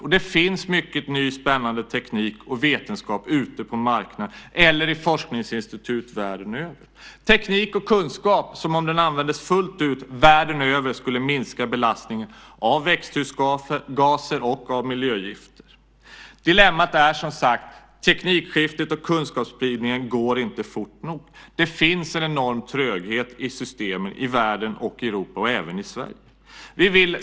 Och det finns mycket ny, spännande teknik och vetenskap ute på marknaden eller i forskningsinstitut världen över, teknik och kunskap som om den användes fullt ut världen över skulle minska belastningen av växthusgaser och miljögift. Dilemmat är som sagt att teknikskiftet och kunskapsspridningen inte går fort nog. Det finns en enorm tröghet i systemen i världen, i Europa och även i Sverige.